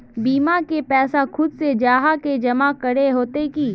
बीमा के पैसा खुद से जाहा के जमा करे होते की?